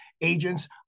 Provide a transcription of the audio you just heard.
agents